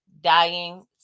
dying